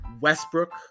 Westbrook